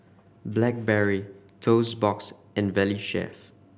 Blackberry Toast Box and Valley Chef